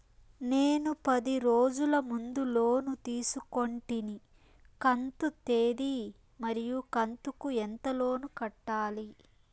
నేను పది రోజుల ముందు లోను తీసుకొంటిని కంతు తేది మరియు కంతు కు ఎంత లోను కట్టాలి?